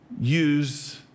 use